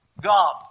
God